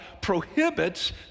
prohibits